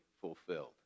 fulfilled